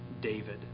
David